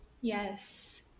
Yes